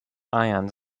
ions